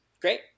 Great